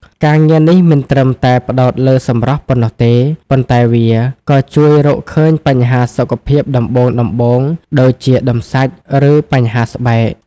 ការងារនេះមិនត្រឹមតែផ្ដោតលើសម្រស់ប៉ុណ្ណោះទេ ប៉ុន្តែវាក៏ជួយរកឃើញបញ្ហាសុខភាពដំបូងៗ ដូចជាដុំសាច់ ឬបញ្ហាស្បែក។